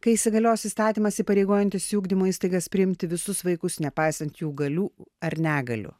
kai įsigalios įstatymas įpareigojantis į ugdymo įstaigas priimti visus vaikus nepaisant jų galių ar negalių